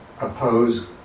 oppose